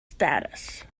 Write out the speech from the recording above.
status